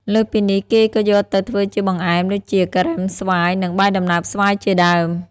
លើសពីនេះ គេក៏យកទៅធ្វើជាបង្អែម ដូចជា ការ៉េមស្វាយ និង បាយដំណើបស្វាយ ជាដើម។